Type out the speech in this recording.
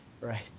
right